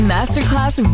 Masterclass